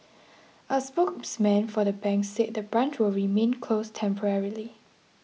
a spokesman for the bank said the branch will remain closed temporarily